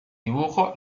dibujo